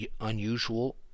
unusual